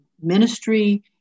ministry